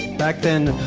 back then,